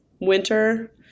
Winter